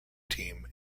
team